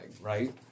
right